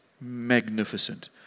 Magnificent